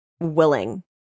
willing